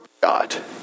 God